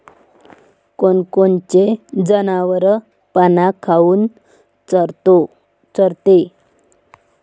कोनकोनचे जनावरं पाना काऊन चोरते?